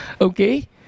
Okay